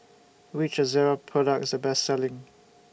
Which Ezerra Product IS The Best Selling